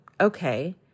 Okay